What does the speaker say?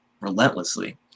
relentlessly